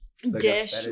Dish